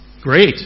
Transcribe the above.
Great